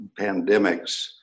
pandemics